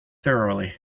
thoroughly